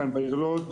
כאן בעיר לוד,